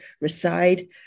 reside